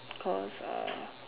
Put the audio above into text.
cause uh